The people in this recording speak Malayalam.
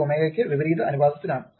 അത് ω ക്ക് വിപരീത അനുപാതത്തിലാണ്